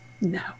no